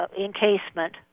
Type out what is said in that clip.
encasement